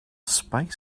space